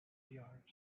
yards